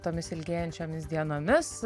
tomis ilgėjančiomis dienomis